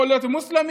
יכול להיות מוסלמי,